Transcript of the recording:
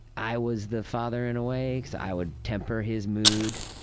i was the father in a way. i would temper his mood.